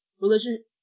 religion